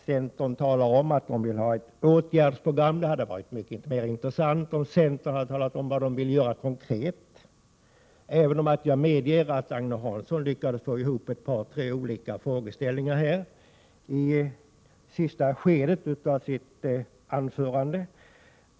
Centern talar om ett åtgärdsprogram — det hade varit mera intressant om centern talat om vad man vill göra konkret, även om jag medger att Agne Hansson lyckades få ihop ett par tre frågeställningar i sista skedet av sitt anförande.